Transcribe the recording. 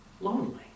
lonely